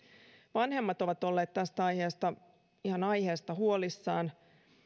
vanhemmat ovat olleet tästä aiheesta ihan aiheesta huolissaan